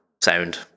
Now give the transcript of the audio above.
sound